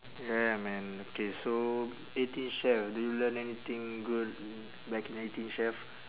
yeah man okay so eighteen chef do you learn anything good back in eighteen chef